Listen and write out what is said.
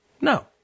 No